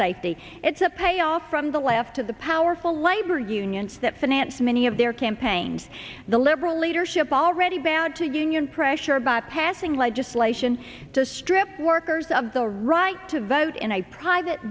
safety it's a pay off from the left to the powerful labor union step finance many of their campaigns the liberal leadership already bound to getting in pressure by passing legislation to strip workers of the right to vote in a private